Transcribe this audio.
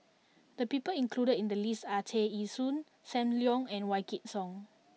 the people included in the list are Tear Ee Soon Sam Leong and Wykidd Song